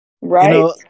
Right